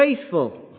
faithful